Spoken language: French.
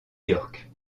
york